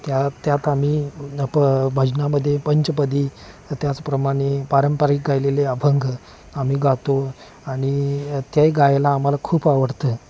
त्या त्यात आम्ही प भजनामध्ये पंचपदी त्याचप्रमाणे पारंपरिक गायलेले अभंग आम्ही गातो आणि ते गायला आम्हाला खूप आवडतं